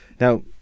Now